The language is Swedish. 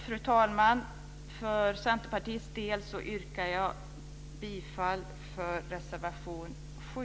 Fru talman! För Centerpartiets del yrkar jag bifall till reservation 7.